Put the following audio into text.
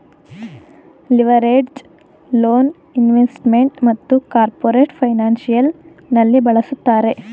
leveraged loan investment ಮತ್ತು corporate financial ನಲ್ಲಿ ಬಳಸುತ್ತಾರೆ